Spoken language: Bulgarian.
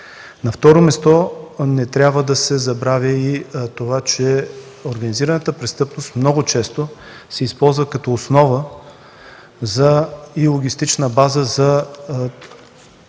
На второ място, не трябва да се забравя и това, че организираната престъпност много често се използва като основа и логистична база за международни